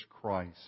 Christ